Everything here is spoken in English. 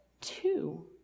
two